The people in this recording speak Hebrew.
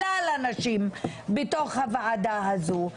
כלל הנשים בתוך הוועדה הזו.